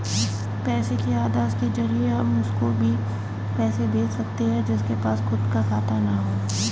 पैसे के आदेश के जरिए हम उसको भी पैसे भेज सकते है जिसके पास खुद का खाता ना हो